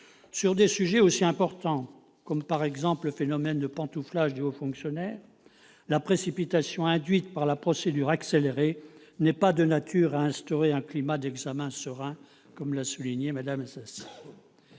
Sur des sujets aussi importants, par exemple le phénomène de pantouflage des hauts fonctionnaires, la précipitation induite par le recours à la procédure accélérée n'est pas de nature à instaurer un climat d'examen serein, comme Mme Assassi